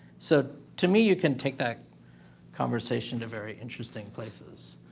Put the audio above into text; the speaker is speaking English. so to me you can take that conversation to very interesting places,